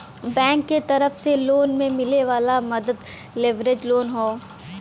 bank के तरफ से लोन में मिले वाला मदद लेवरेज लोन हौ